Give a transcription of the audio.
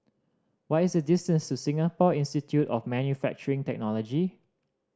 what is the distance to Singapore Institute of Manufacturing Technology